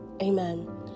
Amen